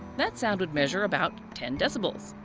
that sound would measure about ten decibels.